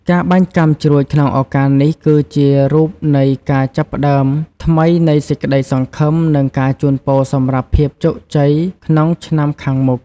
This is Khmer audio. ការបាញ់កាំជ្រួចក្នុងឱកាសនេះ គឺជារូបនៃការចាប់ផ្ដើមថ្មីនៃសេចក្តីសង្ឃឹម និងការជូនពរសម្រាប់ភាពជោគជ័យក្នុងឆ្នាំខាងមុខ។